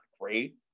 great